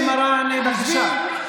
חברת הכנסת מראענה, בבקשה.